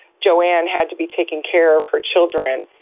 joanne had to be taking care of her children,